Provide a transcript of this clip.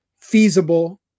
feasible